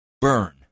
burn